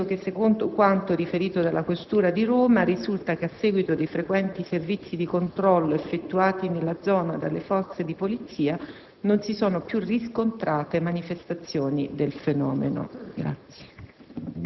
preciso che, secondo quanto riferito dalla questura di Roma, risulta che, a seguito dei frequenti servizi di controllo effettuati nella zona dalle Forze di polizia, non si sono più riscontrate manifestazioni del fenomeno.